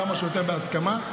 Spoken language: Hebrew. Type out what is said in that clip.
כמה שיותר בהסכמה.